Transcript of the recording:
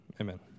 Amen